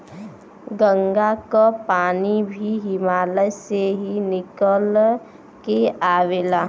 गंगा क पानी भी हिमालय से ही निकल के आवेला